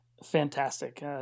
Fantastic